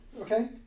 Okay